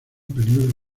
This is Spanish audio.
peligro